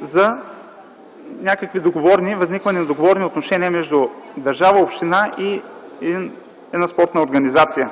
за възникване на договорни отношения между държава, община и една спортна организация.